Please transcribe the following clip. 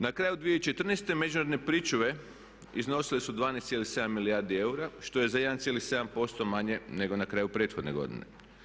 Na kraju 2014. međunarodne pričuve iznosile su 12,7 milijardi eura što je za 1,7% manje nego na kraju prethodne godine.